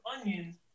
onions